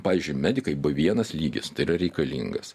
pavyzdžiui medikai b vienas lygis yra reikalingas